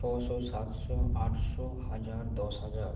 ছশো সাতশো আটশো হাজার দশ হাজার